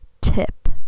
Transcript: tip